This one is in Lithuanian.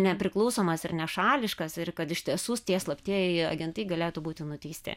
nepriklausomas ir nešališkas ir kad iš tiesų tie slaptieji agentai galėtų būti nuteisti